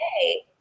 hey